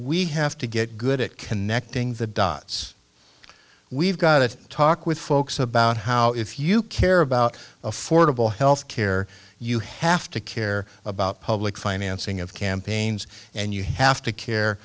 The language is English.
we have to get good at connecting the dots we've got to talk with folks about how if you care about affordable health care you have to care about public financing of campaigns and you have to care